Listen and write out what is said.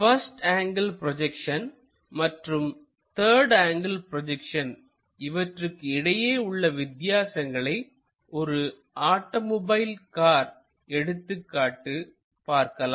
first angle projection மற்றும் third angle projection இவற்றுக்கு இடையே உள்ள வித்தியாசங்களை ஒரு ஆட்டோமொபைல் கார் எடுத்துக்காட்டு பார்க்கலாம்